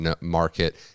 market